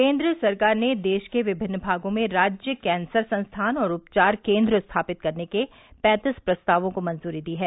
केन्द्र सरकार ने देश के विभिन्न भागों में राज्य कैंसर संस्थान और उपचार केन्द्र स्थापित करने के पैंतीस प्रस्तावों को मंजूरी दी है